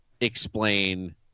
explain